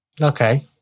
Okay